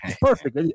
perfect